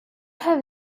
have